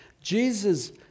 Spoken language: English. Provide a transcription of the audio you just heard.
Jesus